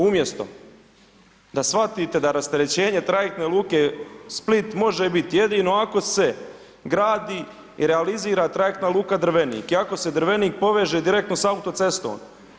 Umjesto da shvatite da rasterećenje trajektne luke Split može biti jedino ako se gradi i realizira trajektna luka Drvenik i ako se Drvenik poveće direktno s autocestom.